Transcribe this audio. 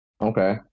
Okay